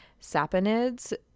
saponids